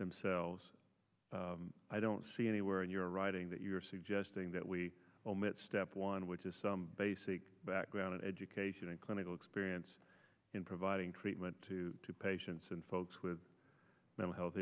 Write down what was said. themselves i don't see anywhere in your writing that you're suggesting that we omit step one which is some basic background of education and clinical experience in providing treatment to patients and folks with mental health